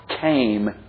came